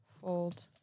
Fold